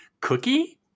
cookie